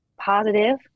positive